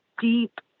deep